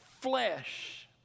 flesh